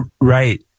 Right